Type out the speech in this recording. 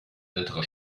ältere